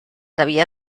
havia